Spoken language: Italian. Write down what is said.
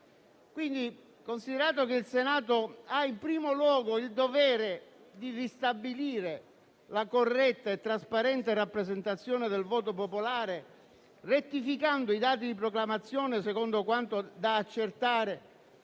considerato che: il Senato ha in primo luogo il dovere di ristabilire la corretta e trasparente rappresentazione del voto popolare, rettificando i dati di proclamazione secondo quanto da accertare,